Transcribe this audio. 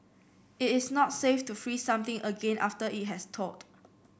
it is not safe to freeze something again after it has thawed